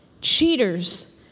Cheaters